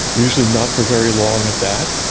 usually not for very long at that,